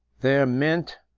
their mint,